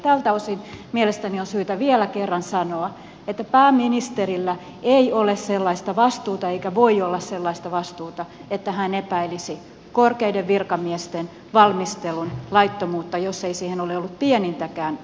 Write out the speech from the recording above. tältä osin mielestäni on syytä vielä kerran sanoa että pääministerillä ei ole sellaista vastuuta eikä voi olla sellaista vastuuta että hän epäilisi korkeiden virkamiesten valmistelun laittomuutta jos ei siihen ole ollut pienintäkään aihetta